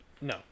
no